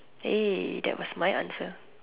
eh that was my answer